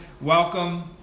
Welcome